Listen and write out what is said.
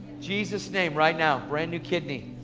jesus name, right now, brand new kidney.